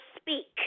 speak